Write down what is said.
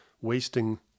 wasting